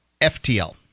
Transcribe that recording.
FTL